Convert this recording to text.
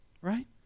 right